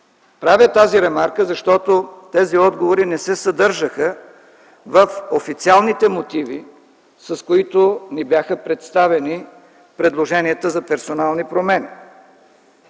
Правя тази ремарка, защото тези отговори не се съдържаха в официалните мотиви, с които ни бяха представени предложенията за персонални промени.